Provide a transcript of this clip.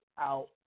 out